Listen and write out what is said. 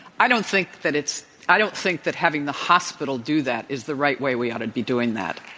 i don't think that it's i don't think that having the hospital do that is the right way we ought to be doing that.